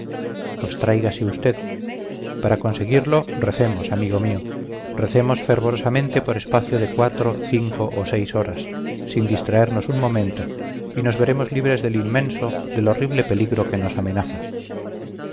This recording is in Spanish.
mundana abstráigase usted para conseguirlo recemos amigo mío recemos fervorosamente por espacio de cuatro cinco o seis horas sin distraernos un momento y nos veremos libres del inmenso del horrible peligro que nos amenaza